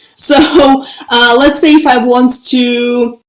so let's say if i want to,